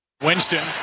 Winston